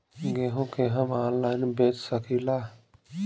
गेहूँ के हम ऑनलाइन बेंच सकी ला?